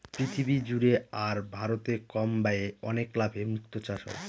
পৃথিবী জুড়ে আর ভারতে কম ব্যয়ে অনেক লাভে মুক্তো চাষ হয়